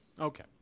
Okay